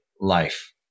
life